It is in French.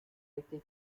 été